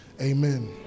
Amen